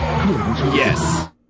yes